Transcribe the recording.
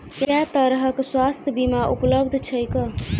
केँ तरहक स्वास्थ्य बीमा उपलब्ध छैक?